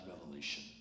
revelation